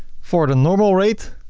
for the normal rate,